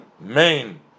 main